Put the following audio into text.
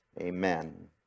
amen